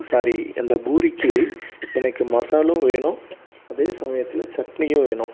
ஸாரி அந்த பூரிக்கு எனக்கு மசாலும் வேணும் அதே சமயத்தில் சட்னியும் வேணும்